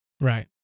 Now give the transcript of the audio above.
Right